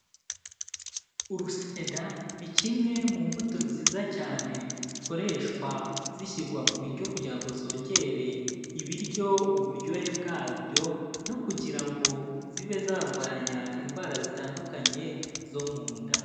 Urusenda ni kimwe mu mbuto nziza cyane, zikoreshwa zishyirwa mu biryo kugira ngo zongere ibiryo uburyohe bwabyo no kugira ngo zibe zarwanya indwara zitandukanye zo mu nda.